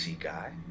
guy